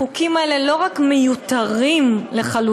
החוקים האלה לא רק מיותרים לחלוטין,